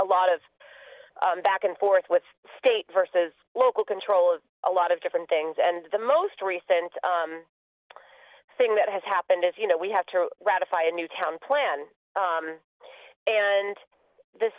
a lot of back and forth with state versus local control of a lot of different things and the most recent thing that has happened is you know we have to ratify a new town plan and the